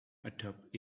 atop